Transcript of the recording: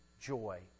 joy